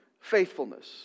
faithfulness